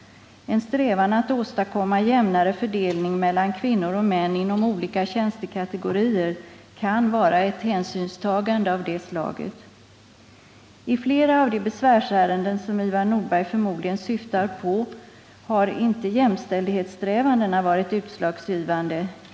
En strävan att åstadkomma jämnare fördelning mellan kvinnor och män inom olika tjänstekategorier kan vara ett hänsynstagande av det slaget. I flera av de besvärsärenden som Ivar Nordberg förmodligen syftar på har inte jämställdhetssträvandena varit utslagsgivande.